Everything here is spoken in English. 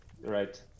right